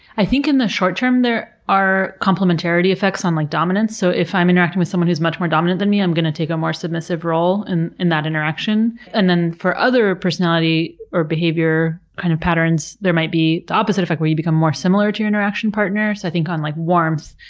i think in the short term there are complementarity effects on like dominance, so if i'm interacting with someone who's much more dominant than me i'm going to take a more submissive role in in that interaction. and then for other personality or behavior kind of patterns there might be the opposite effect, where you become more similar to your interaction partner. so i think, like, warmth,